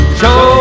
show